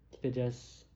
kita just